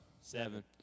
Seven